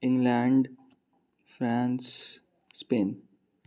England France Spain